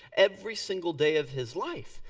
every single day of his life.